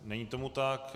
Není tomu tak.